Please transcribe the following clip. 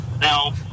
now